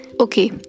okay